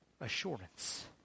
assurance